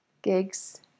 Gigs